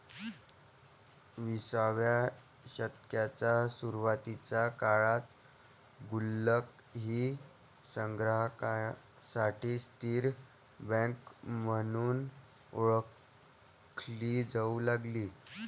विसाव्या शतकाच्या सुरुवातीच्या काळात गुल्लक ही संग्राहकांसाठी स्थिर बँक म्हणून ओळखली जाऊ लागली